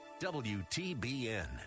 WTBN